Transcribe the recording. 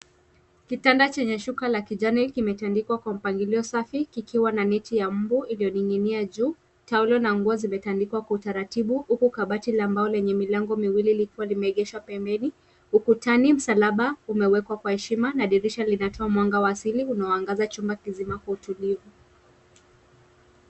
Kitanda chenye shuka la kijani, kimetandikwa kwa mpangilio safi ,kikiwa na neti ya mbu iliyoning'inia juu ,taulo na ngozi zimetandikwa kwa utaratibu huku kabati ambao lenye milango miwili likiwa limeegeshwa pembeni, ukutani msalaba umewekwa kwa heshima na dirisha linatoa mwanga wa asili unao angaza chumba kizima kwa utulivu.